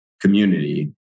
community